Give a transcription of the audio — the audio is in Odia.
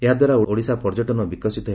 ଏହା ଦ୍ୱାରା ଓଡ଼ିଶା ପର୍ଯ୍ୟଟନ ବିକାଶିତ ହେବ